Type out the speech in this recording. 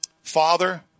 Father